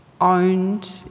owned